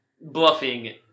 bluffing